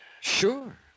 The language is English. Sure